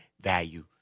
value